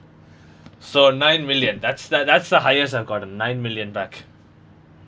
so nine million that's that that's the highest I've got uh nine million back